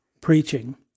preaching